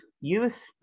youth